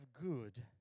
good